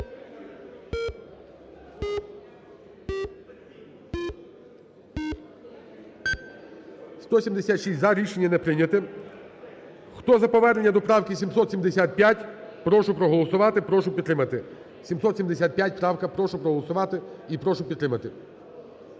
За-176 Рішення не прийнято. Хто за повернення до правки 775, прошу проголосувати, прошу підтримати.